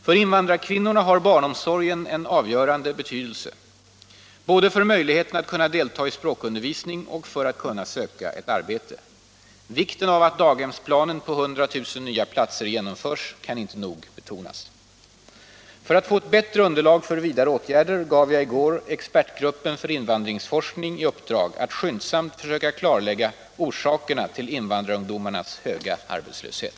För invandrarkvinnorna har barnomsorgen en avgörande betydelse, både för möjligheterna att kunna delta i språkundervisning och för att kunna söka ett arbete. Vikten av att daghemsplanen på 100 000 nya platser genomförs kan inte nog betonas. För att få ett bättre underlag för vidare åtgärder gav jag i går expertgruppen för invandringsforskning i uppdrag att skyndsamt försöka klarlägga orsakerna till invandrarungdomarnas höga arbetslöshet.